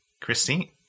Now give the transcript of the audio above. Christine